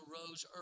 rose